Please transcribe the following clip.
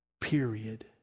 period